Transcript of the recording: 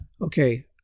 Okay